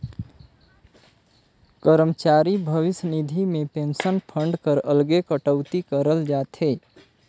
करमचारी भविस निधि में पेंसन फंड कर अलगे कटउती करल जाथे